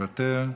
מוותר,